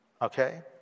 Okay